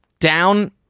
Down